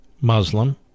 Muslim